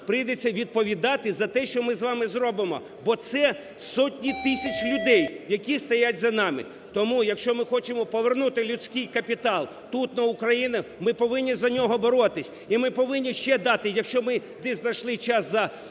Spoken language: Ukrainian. прийдеться відповідати за те, що ми з вами зробимо, бо це сотні тисяч людей, які стоять за нами. Тому, якщо ми хочемо повернути людський капітал тут на Україну, ми повинні за нього боротись, і ми повинні ще дати, якщо ми десь знайшли час за